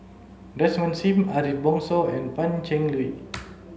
Desmond Sim Ariff Bongso and Pan Cheng Lui